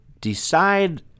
decide